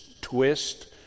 twist